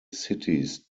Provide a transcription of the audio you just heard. cities